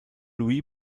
louis